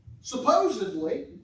Supposedly